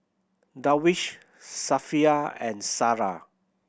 Darwish Safiya and Sarah